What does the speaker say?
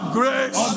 grace